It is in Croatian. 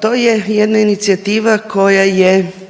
To je jedna inicijativa koja je